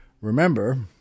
remember